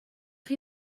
chi